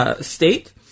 state